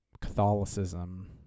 Catholicism